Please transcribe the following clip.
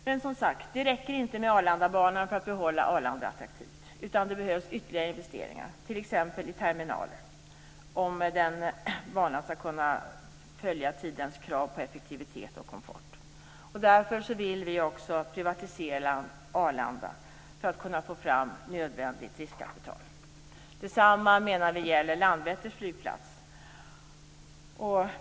Men som sagt, det räcker inte med Arlandabanan för att Arlanda skall fortsätta att vara attraktivt, utan det behövs ytterligare investeringar, t.ex. i terminaler om Arlanda skall kunna följa tidens krav på effektivitet och komfort. Därför vill vi också privatisera Arlanda för att kunna få fram nödvändigt riskkapital. Detsamma gäller Landvetters flygplats.